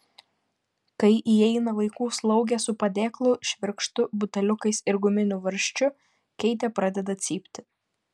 kai įeina vaikų slaugė su padėklu švirkštu buteliukais ir guminiu varžčiu keitė pradeda cypti